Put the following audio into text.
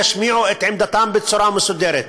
שישמיעו את עמדתם בצורה מסודרת.